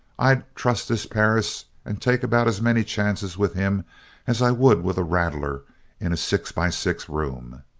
i'd trust this perris and take about as many chances with him as i would with a rattler in a six-by-six room.